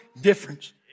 difference